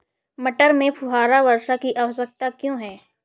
मटर में फुहारा वर्षा की आवश्यकता क्यो है?